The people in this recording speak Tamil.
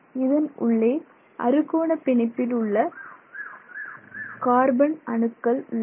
இதன் உள்ளே அறுகோண பிணைப்பில் உள்ள கார்பன் அணுக்கள் உள்ளன